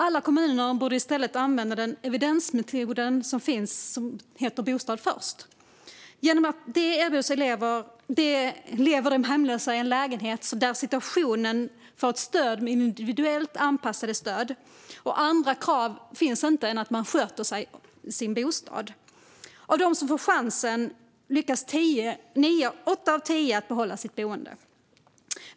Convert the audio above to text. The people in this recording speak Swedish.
Alla kommuner borde i stället använda den evidensbaserade metoden Bostad först. Genom den kan den hemlöse erbjudas att leva i en lägenhet med individuellt anpassat stöd. Andra krav än att sköta sin bostad finns inte. Av dem som får chansen lyckas åtta av tio behålla sitt boende.